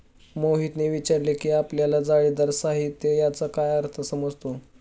मोहितने विचारले की आपल्याला जाळीदार साहित्य याचा काय अर्थ समजतो?